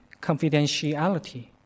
confidentiality